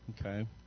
okay